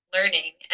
learning